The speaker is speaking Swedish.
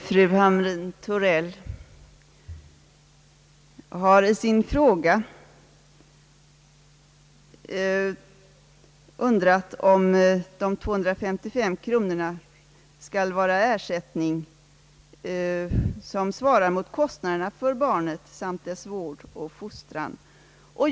Herr talman! Fru Hamrin-Thorell har undrat om de 255 kronorna skall vara en ersättning som svarar mot kostnaderna för barnets vård och fostran.